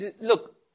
look